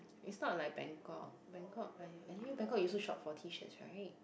is not like Bangkok Bangkok I anyway Bangkok you also shop for T-shirts right